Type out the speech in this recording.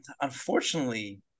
Unfortunately